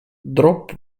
drop